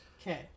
Okay